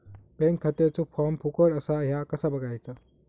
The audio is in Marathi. बँक खात्याचो फार्म फुकट असा ह्या कसा बगायचा?